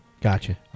gotcha